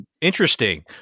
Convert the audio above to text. Interesting